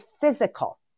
physical